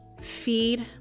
Feed